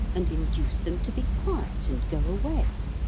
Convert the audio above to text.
and induce them to be quiet and go away.